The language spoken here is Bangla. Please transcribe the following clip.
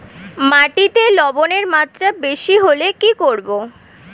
মাটিতে লবণের মাত্রা বেশি হলে কি করব?